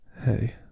Hey